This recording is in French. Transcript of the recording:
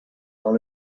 dans